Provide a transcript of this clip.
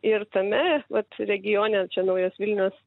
ir tame vat regione čia naujos vilnios